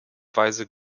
weise